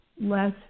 less